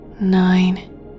nine